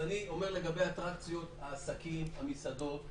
לגבי האטרקציות, העסקים, המסעדות,